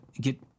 get